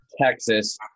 Texas